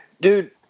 Dude